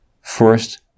first